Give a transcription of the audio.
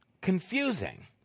confusing